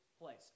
place